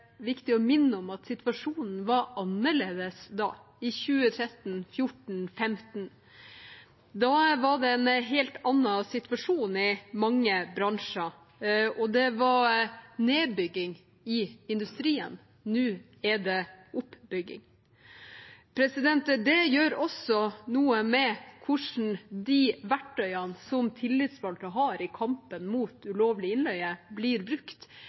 viktig å minne om at situasjonen var annerledes da, i 2013, 2014 og 2015. Da var det en helt annen situasjon i mange bransjer. Det var nedbygging i industrien, nå er det oppbygging. Det gjør også noe med hvordan de verktøyene som tillitsvalgte har i kampen mot ulovlig innleie, blir brukt